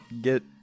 get